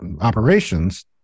operations